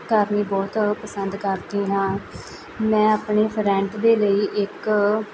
ਕਰਨੀ ਬਹੁਤ ਜ਼ਿਆਦਾ ਪਸੰਦ ਕਰਦੀ ਹਾਂ ਮੈਂ ਆਪਣੇ ਫਰੈਂਡ ਦੇ ਲਈ ਇੱਕ